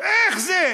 איך זה?